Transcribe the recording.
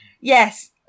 Yes